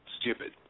stupid